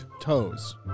Toes